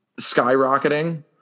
skyrocketing